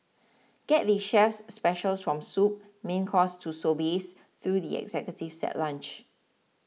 get the chef's specials from soup main course to sorbets through the executive set lunch